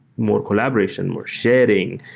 more collaboration, more sharing,